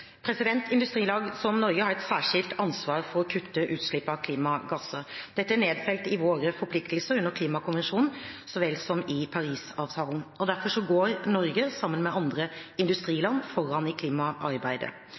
som Norge har et særskilt ansvar for å kutte utslipp av klimagasser. Dette er nedfelt i våre forpliktelser under Klimakonvensjonen så vel som i Parisavtalen. Derfor går Norge, sammen med andre